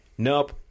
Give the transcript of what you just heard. Nope